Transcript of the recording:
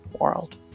world